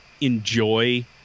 enjoy